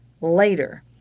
later